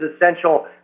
essential